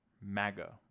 MAGA